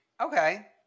Okay